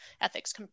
ethics